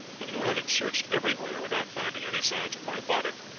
and who, having searched everywhere without finding any signs of my body,